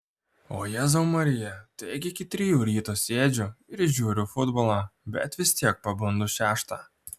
o jėzau marija taigi iki trijų ryto sėdžiu ir žiūriu futbolą bet vis tiek pabundu šeštą